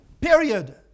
period